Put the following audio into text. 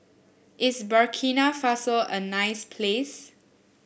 is Burkina Faso a nice place